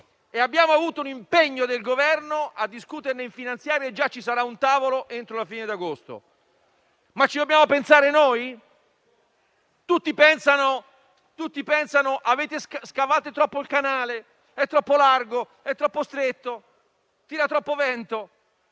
abbiamo avuto un impegno del Governo a discuterne in finanziaria, per cui ci sarà un tavolo già entro la fine di agosto. Ci dobbiamo pensare noi? Tutti si preoccupano se si scava troppo il canale, è troppo largo, troppo stretto o tira troppo vento